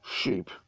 sheep